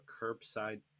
curbside